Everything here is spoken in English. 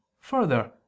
Further